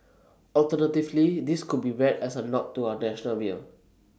alternatively this could be read as A nod to our national beer